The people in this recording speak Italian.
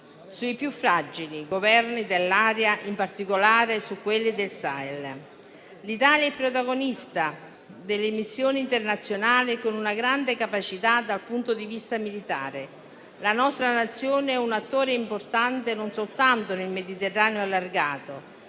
più fragili dell'area, in particolare su quelli del Sahel. L'Italia è protagonista delle missioni internazionali con una grande capacità dal punto di vista militare. La nostra Nazione è un attore importante non soltanto nel Mediterraneo allargato,